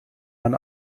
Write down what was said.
man